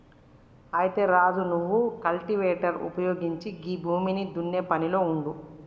అయితే రాజు నువ్వు కల్టివేటర్ ఉపయోగించి గీ భూమిని దున్నే పనిలో ఉండు